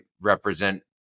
represent